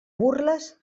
burles